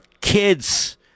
kids